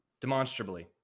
Demonstrably